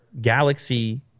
Galaxy